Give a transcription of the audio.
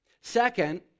Second